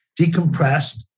decompressed